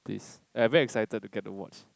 please I very excited to get the watch